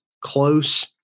close